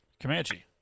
Comanche